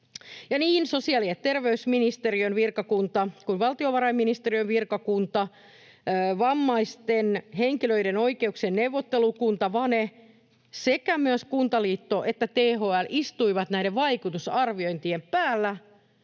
niin sosiaali- ja terveysministeriön virkakunta kuin valtiovarainministeriön virkakunta, vammaisten henkilöiden oikeuksien neuvottelukunta VANE sekä Kuntaliitto ja THL istuivat näiden vaikutusarviointien päällä